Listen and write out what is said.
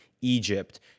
Egypt